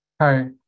Hi